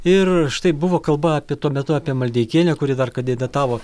ir štai buvo kalba apie tuo metu apie maldeikienę kuri dar kandidatavo